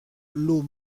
lot